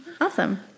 Awesome